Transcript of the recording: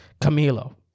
Camilo